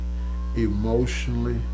emotionally